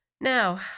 Now